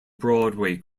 broadway